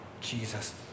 Jesus